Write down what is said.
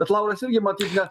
bet lauras irgi matyt ne